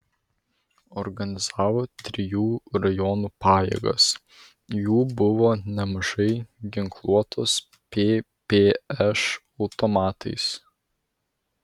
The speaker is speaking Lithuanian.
organizavo trijų rajonų pajėgas jų buvo nemažai ginkluotos ppš automatais